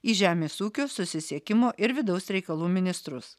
į žemės ūkio susisiekimo ir vidaus reikalų ministrus